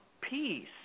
peace